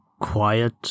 quiet